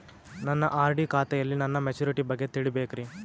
ನನ್ನ ಆರ್.ಡಿ ಖಾತೆಯಲ್ಲಿ ನನ್ನ ಮೆಚುರಿಟಿ ಬಗ್ಗೆ ತಿಳಿಬೇಕ್ರಿ